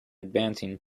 advancing